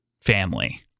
family